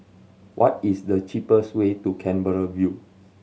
what is the cheapest way to Canberra View